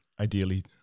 ideally